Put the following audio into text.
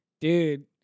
Dude